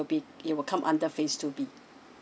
be it will come under phase two B